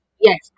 Yes